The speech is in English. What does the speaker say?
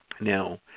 Now